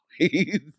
please